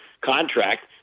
contract